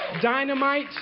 Dynamite